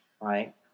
Right